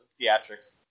theatrics